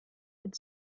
had